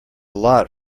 lot